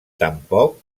tampoc